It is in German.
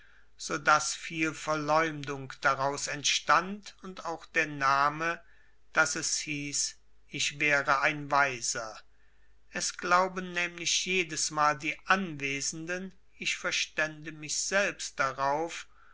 so daß viel verleumdung daraus entstand und auch der name daß es hieß ich wäre ein weiser es glauben nämlich jedesmal die anwesenden ich verstände mich selbst darauf